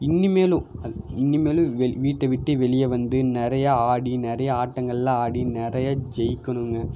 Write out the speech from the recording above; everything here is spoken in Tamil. இனி மேலும் அத் இனி மேலும் வெள் வீட்டை விட்டு வெளியே வந்து நிறையா ஆடி நிறையா ஆட்டங்கள்லாம் ஆடி நிறையா ஜெயிக்கணுங்க